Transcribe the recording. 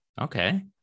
Okay